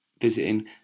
visiting